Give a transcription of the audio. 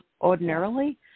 ordinarily